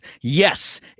yes